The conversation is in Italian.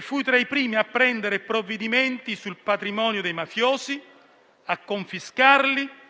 fu tra i primi a prendere provvedimenti sul patrimonio dei mafiosi e a confiscarlo,